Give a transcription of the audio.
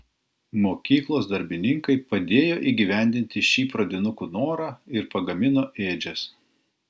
mokyklos darbininkai padėjo įgyvendinti šį pradinukų norą ir pagamino ėdžias